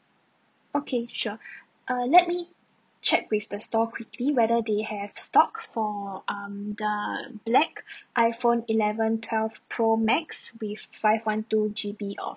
okay sure err let me check with the store quickly whether they have stock for more um the black iphone eleven twelve pro max with five one two G_B of